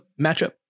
matchup